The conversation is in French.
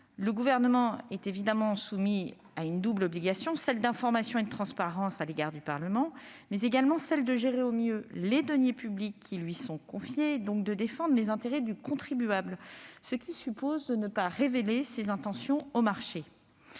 le Gouvernement est soumis à une double obligation : celle d'information et de transparence à l'égard du Parlement et celle de gérer au mieux les deniers publics qui lui sont confiés, donc de défendre les intérêts du contribuable, ce qui suppose de ne pas révéler ses intentions aux marchés.